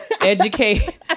educate